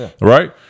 right